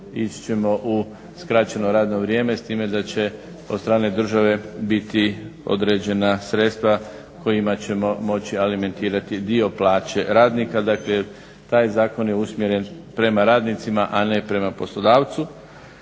ići ćemo u skraćeno radno vrijeme. S time da će od strane države biti određena sredstva kojima ćemo moći alimentirati dio plaće radnika. Dakle, taj Zakon je usmjeren prema radnicima a ne prema poslodavcu.